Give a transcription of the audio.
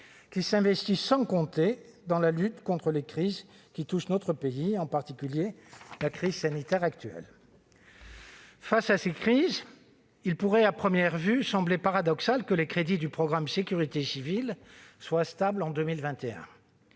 qui s'investissent sans compter dans la lutte contre les crises qui touchent notre pays, en particulier la crise sanitaire actuelle. Face à ces crises, il pourrait à première vue sembler paradoxal que les crédits du programme 161, « Sécurité civile », soient stables en 2021.